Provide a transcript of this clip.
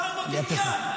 השר בבניין.